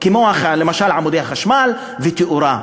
כמו למשל עמודי חשמל ותאורה.